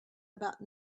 about